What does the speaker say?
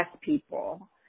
people